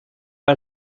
pas